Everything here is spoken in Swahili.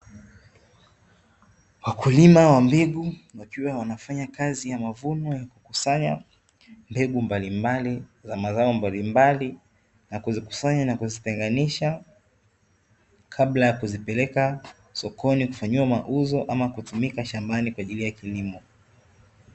Wakulima wa mbegu wakiwa wanafanya kazi ya mavuno ya kukusanya mbegu mbalimbali za mazao mbalimbali, na kuzikusanya na kuzitenganisha kabla ya kuzipeleka sokoni kufanyiwa mauzo ama kutumika shambani kwa ajili ya kilimo.